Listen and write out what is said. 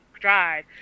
drive